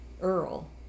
Earl